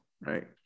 right